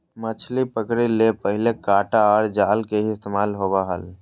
मछली पकड़े ले पहले कांटा आर जाल के ही इस्तेमाल होवो हल